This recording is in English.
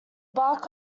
bark